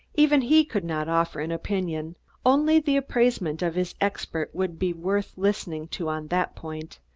even he could not offer an opinion only the appraisement of his expert would be worth listening to on that point.